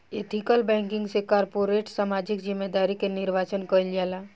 ethical banking से corporate सामाजिक जिम्मेदारी के निर्वाचन कईल जाला